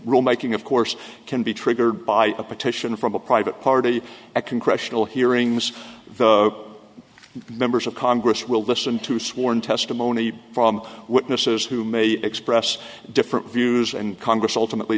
rulemaking of course can be triggered by a petition from a private party a congressional hearings members of congress will listen to sworn testimony from witnesses who may express different views and congress ultimately